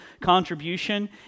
contribution